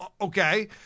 okay